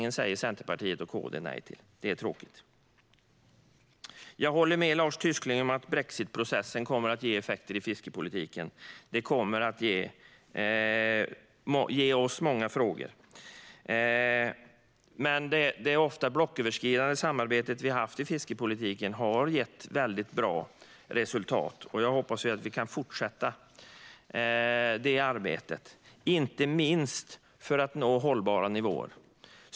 Den säger Centerpartiet och KD nej till; det är tråkigt. Jag håller med Lars Tysklind om att brexitprocessen kommer att ge effekter på fiskepolitiken. Detta kommer att ge upphov till många frågor. Men det ofta blocköverskridande samarbete vi har haft om fiskepolitiken har gett väldigt bra resultat, och jag hoppas att vi kan fortsätta det arbetet, inte minst för att nå hållbara nivåer.